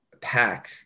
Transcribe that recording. pack